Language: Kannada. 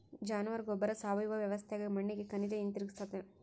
ಜಾನುವಾರ ಗೊಬ್ಬರ ಸಾವಯವ ವ್ಯವಸ್ಥ್ಯಾಗ ಮಣ್ಣಿಗೆ ಖನಿಜ ಹಿಂತಿರುಗಿಸ್ತತೆ